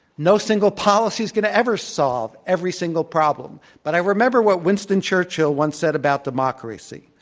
no single policy is going to ever solve every single problem, but i remember what winston churchill once said about democracy.